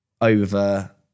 over